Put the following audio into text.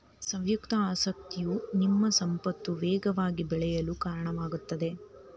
ಸಂಯುಕ್ತ ಆಸಕ್ತಿಯು ನಿಮ್ಮ ಸಂಪತ್ತು ವೇಗವಾಗಿ ಬೆಳೆಯಲು ಕಾರಣವಾಗುತ್ತದೆ